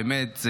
באמת,